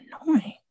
annoying